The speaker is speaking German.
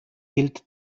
gilt